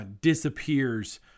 disappears